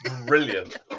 Brilliant